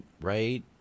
right